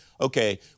okay